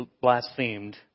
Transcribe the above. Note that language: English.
blasphemed